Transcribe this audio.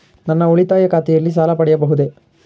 ನನ್ನ ಉಳಿತಾಯ ಖಾತೆಯಲ್ಲಿ ಸಾಲ ಪಡೆಯಬಹುದೇ?